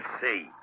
see